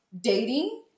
dating